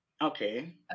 Okay